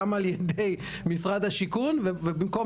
גם על ידי משרד השיכון והבינוי ובמקום